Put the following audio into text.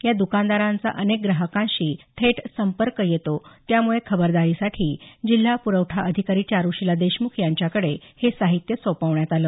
या दुकानदारांचा अनेक ग्राहकांशी थेट संपर्क येतो त्यामुळे खबरदारीसाठी जिल्हा प्रखठा अधिकारी चारुशीला देशमुख यांच्याकडे हे साहित्य सोपवण्यात आलं